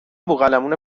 بوقلمون